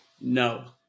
no